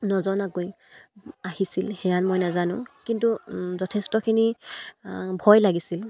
নজনাকৈ আহিছিল সেয়া মই নাজানো কিন্তু যথেষ্টখিনি ভয় লাগিছিল